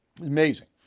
Amazing